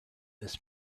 this